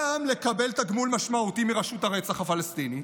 גם לקבל תגמול משמעותי מרשות הרצח הפלסטינית,